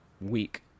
week